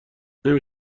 نمی